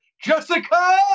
Jessica